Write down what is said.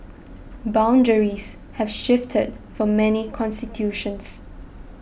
boundaries have shifted for many constituencies